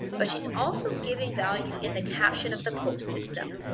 but she's also giving value in the caption of the post itself.